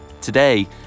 Today